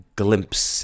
glimpse